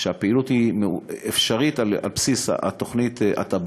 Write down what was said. כשהפעילות אפשרית על בסיס התב"ע,